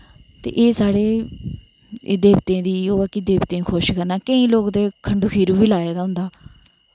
ते एह् साढ़े एह् देवतें दी ओ ऐ कि देवतेंई खुश करना केईं लोक ते खण्डु खीरू बी लाए दा होंदा